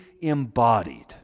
embodied